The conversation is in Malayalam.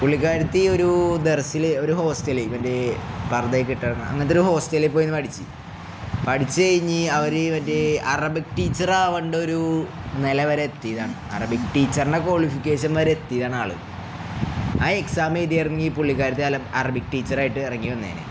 പുള്ളിക്കാലത്തി ഒരു ദെർസില് ഒരു ഹോസ്റ്റല മറ്റേ പർത കിട്ടാണ് അങ്ങൻത്തരു ഹോസ്റ്റല പോയിന്ന് പഠിച്ച് പഠിച്ച കഴിഞ്ഞ് അവര് മറ്റേ അറബിക് ടീച്ചറ ആവേണ്ട ഒരു നെല വരെ എത്തയതാണ് അറബിക് ടീച്ചറിൻ്റെ ക്വാളിഫിക്കേഷൻ വരെ എത്തയതാണ് ആള് ആ എക്സാം എഴുതി എറങ്ങിഈ പുള്ളിക്കാലയത്തെലം അറബിക് ടീച്ചറായിട്ട് എറങ്ങി വന്നേന്